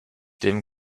dem